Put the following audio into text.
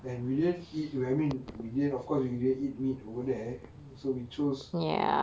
and we didn't eat I mean I didn't of course we didn't eat meat over there so we chose